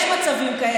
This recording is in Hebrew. אתה יודע מה, יש מצבים,